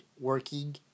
working